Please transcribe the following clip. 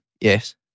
Yes